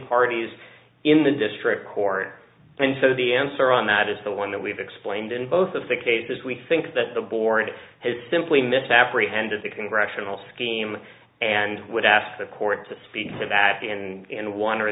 parties in the district court and so the answer on that is the one that we have explained in both of the cases we think that the board has simply misapprehended the congressional scheme and would ask the court to speed to back and one or